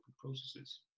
processes